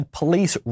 police